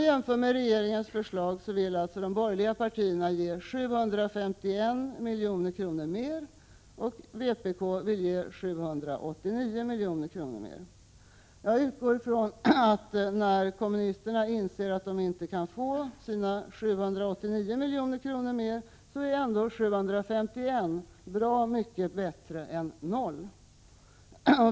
Jämfört med regeringens förslag vill alltså de borgerliga partierna ge 751 milj.kr. mer och vpk 789 milj.kr. mer. Jag utgår ifrån att kommunisterna, när de 15 inser att de inte kan få sina 789 milj.kr., anser att 751 milj.kr. ändå är bra mycket bättre än ingenting.